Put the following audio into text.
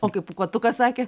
o kaip pūkuotukas sakė